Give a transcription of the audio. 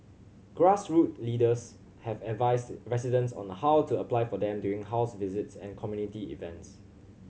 leaders have advised residents on a how to apply for them during house visits and community events